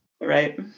Right